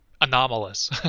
anomalous